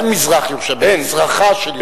אין מזרח-ירושלים, במזרחה של ירושלים.